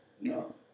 No